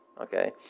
okay